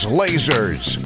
lasers